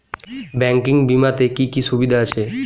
Banking বিমাতে কি কি সুবিধা আছে?